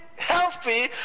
healthy